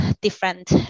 different